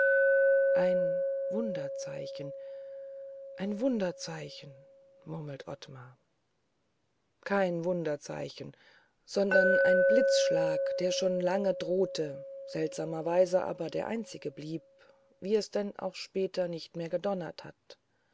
ein wunderzeichen ein wunderzeichen murmelt ottmar kein wunderzeichen sondern ein blitzschlag der schon lange drohte seltsamerweise aber der einzige blieb wie es denn auch später nicht mehr gedonnert hat